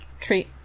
treat